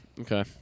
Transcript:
Okay